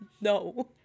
No